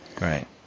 Right